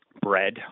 bread